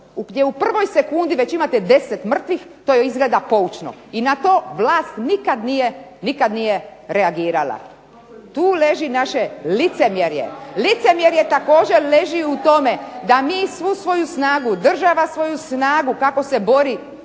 u prvoj sekundi već imate 10 mrtvih to je izgleda poučno. I na to vlast nikad nije reagirala. Tu leži naše licemjerje. Licemjerje također leži u tome da mi svu svoju snagu, država svoju snagu kako se bori